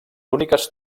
úniques